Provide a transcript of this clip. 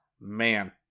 Man